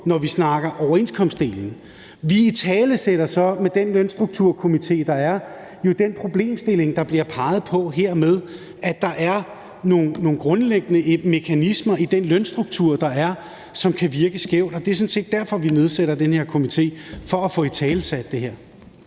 når vi snakker om overenskomstdelen. Vi italesætter så med den lønstrukturkomité den problemstilling, der bliver peget på her, med, at der er nogle grundlæggende mekanismer i den lønstruktur, der er, som kan virke skæve. Og det er sådan set derfor, vi nedsætter den her komité. Det er for at få italesat det her.